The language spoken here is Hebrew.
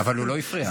אבל הוא לא הפריע.